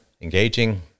engaging